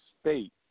state